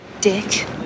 Dick